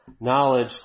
knowledge